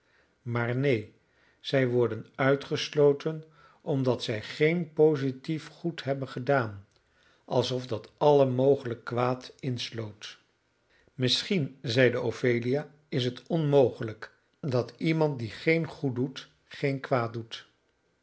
maar neen zij worden uitgesloten omdat zij geen positief goed hebben gedaan alsof dat alle mogelijk kwaad insloot misschien zeide ophelia is het onmogelijk dat iemand die geen goed doet geen kwaad doet